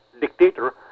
dictator